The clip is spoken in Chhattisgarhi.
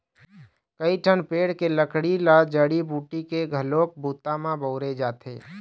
कइठन पेड़ के लकड़ी ल जड़ी बूटी के घलोक बूता म बउरे जाथे